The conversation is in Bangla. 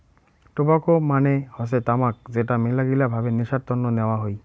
টোবাকো মানে হসে তামাক যেটা মেলাগিলা ভাবে নেশার তন্ন নেওয়া হই